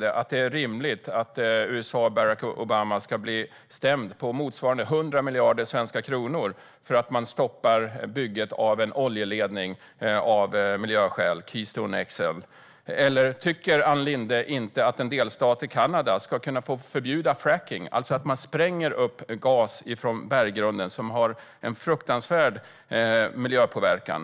tycker att det är rimligt att USA och Barack Obama ska bli stämda på motsvarande 100 miljarder svenska kronor för att man av miljöskäl stoppar bygget av en oljeledning - Keystone XL? Tycker inte Ann Linde att en delstat i Kanada ska kunna få förbjuda frackning, det vill säga att man spränger upp gas från berggrunden, vilket har en fruktansvärt stor miljöpåverkan?